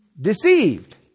deceived